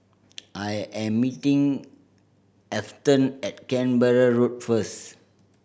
I am meeting Afton at Canberra Road first